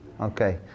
Okay